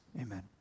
amen